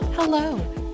Hello